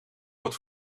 word